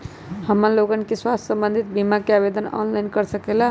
हमन लोगन के स्वास्थ्य संबंधित बिमा का आवेदन ऑनलाइन कर सकेला?